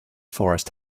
forest